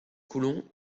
colons